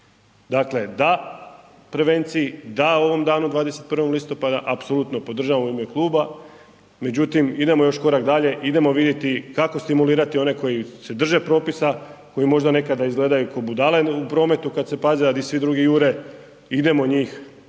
Dakle, da prevenciji, da ovom danu 21. listopada, apsolutno podržavamo u ime kluba, međutim, idemo još korak dalje, idemo vidjeti kako stimulirati one koji se drže propisa koji možda nekada izgledaju kao budale u prometu kad se paze, a di svi drugi jure, idemo njih